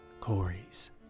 Corey's